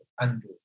undo